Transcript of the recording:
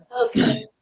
Okay